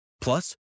Plus